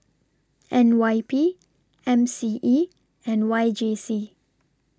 N Y P M C E and Y J C